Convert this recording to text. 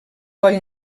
coll